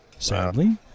Sadly